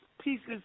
pieces